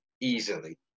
easily